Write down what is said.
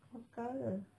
kelakar ke